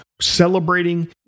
celebrating